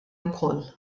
wkoll